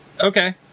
Okay